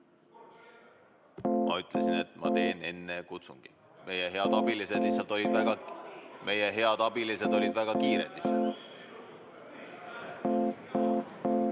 Ma ütlesin, et ma teen enne kutsungi. Meie head abilised lihtsalt olid väga kiired.